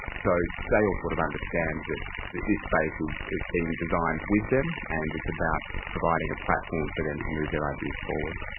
so they all sort of understand that that this space is is being designed with them and it's about providing a platform for them to move their ideas forward.